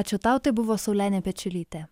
ačiū tau tai buvo saulenė pečiulytė